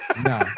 No